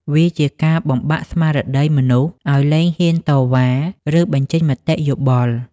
វាជាការបំបាក់ស្មារតីមនុស្ស ឱ្យលែងហ៊ានតវ៉ា ឬបញ្ចេញមតិយោបល់។